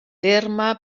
terme